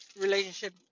relationship